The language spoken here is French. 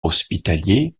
hospitalier